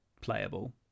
playable